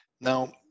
now